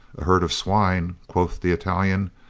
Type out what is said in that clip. a herd of swine, quoth the italian,